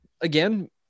Again